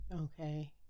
Okay